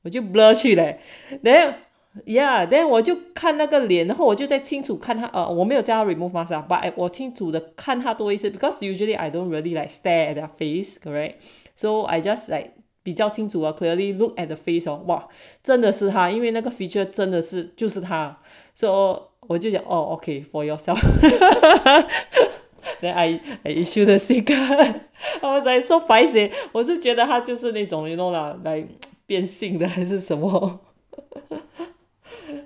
我就 blur 去 leh then ya then 我就看那个脸然后我就再清楚看他哦我没有加 remove myself but am wanting to the 看他多一些 because usually I don't really like stare at their face correct so I just like 比较清楚 are clearly look at the face of what 真的是他因为那个 feature 真的是就是他 so 我就讲 okay for yourself then I issue the SIM card or I so 我是觉得她就是那种 know lah like 变性的还是什么